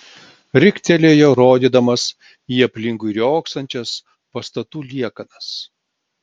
riktelėjo rodydamas į aplinkui riogsančias pastatų liekanas